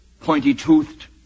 pointy-toothed